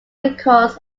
records